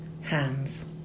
hands